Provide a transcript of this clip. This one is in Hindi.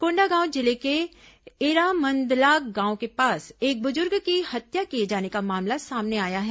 कोंडागांव जिले के इरामंदला गांव के पास एक बुजुर्ग की हत्या किए जाने का मामला सामने आया है